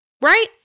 Right